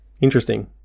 Interesting